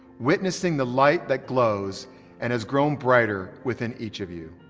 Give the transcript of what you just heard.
witnessing the light that glows and has grown brighter within each of you.